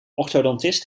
orthodontist